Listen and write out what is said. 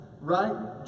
right